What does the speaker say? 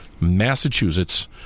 Massachusetts